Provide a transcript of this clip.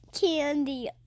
candy